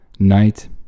night